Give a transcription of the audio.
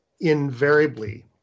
invariably